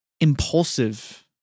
impulsive